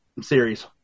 series